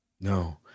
No